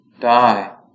die